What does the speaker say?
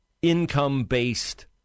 income-based